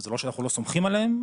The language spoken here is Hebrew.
זה לא שאנחנו לא סומכים עליהם,